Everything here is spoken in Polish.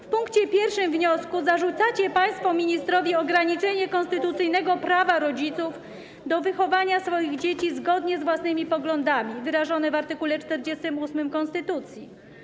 W pierwszym punkcie wniosku zarzucacie państwo ministrowi ograniczenie konstytucyjnego prawa rodziców do wychowania swoich dzieci zgodnie z własnymi poglądami, wyrażonego w art. 48 konstytucji.